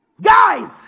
Guys